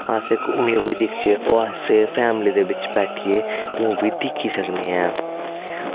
अस इक दिखचे ओह् अस फैमली दे बिच्च बैठिये मूवी दिक्खी सकने आं